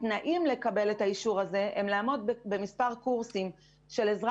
התנאים לקבל את האישור הזה הם לעמוד במספר קורסים של עזרה